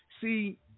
See